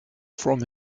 from